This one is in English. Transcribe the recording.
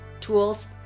tools